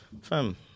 fam